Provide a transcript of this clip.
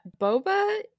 Boba